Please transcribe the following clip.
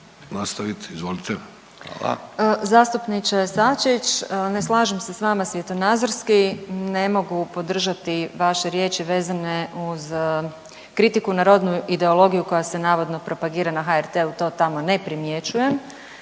s imenom i prezimenom)** Zastupniče Sačić ne slažem se s vama svjetonazorski, ne mogu podržati vaše riječi vezane uz kritiku na rodnu ideologiju koja se navodno propagira na HRT-u to tamo ne primjećujem.